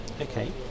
Okay